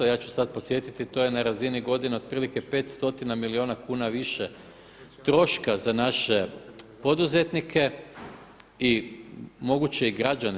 Ja ću sad podsjetiti to je na razini godine otprilike 5 stotina milijuna kuna više troška za naše poduzetnike i moguće i građane.